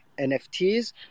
NFTs